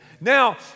Now